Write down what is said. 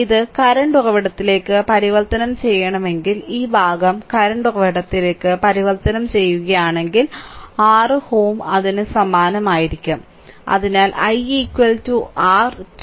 ഇത് കറന്റ് ഉറവിടത്തിലേക്ക് പരിവർത്തനം ചെയ്യണമെങ്കിൽ ഈ ഭാഗം കറന്റ് ഉറവിടത്തിലേക്ക് പരിവർത്തനം ചെയ്യുകയാണെങ്കിൽ 6Ω അതിനു സമാന്തരമായിരിക്കും അതിനാൽ i r 12 6